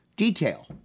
detail